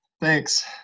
Thanks